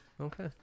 Okay